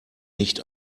nicht